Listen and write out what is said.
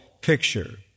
picture